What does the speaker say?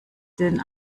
den